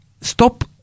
stop